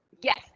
Yes